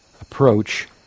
approach